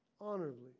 honorably